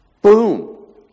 Boom